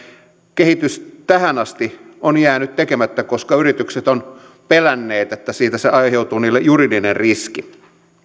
kehitys tähän asti on jäänyt tekemättä koska yritykset ovat pelänneet että siitä aiheutuu niille juridinen riski